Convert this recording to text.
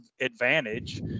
advantage